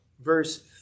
verse